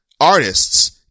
artists